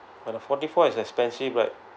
but uh forty four is expensive right